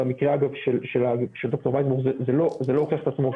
במקרה אגב של ד"ר וייסבוך זה לא הוכיח את עצמו,